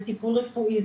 טיפול רפואי,